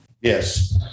yes